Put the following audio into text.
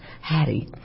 Hattie